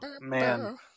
man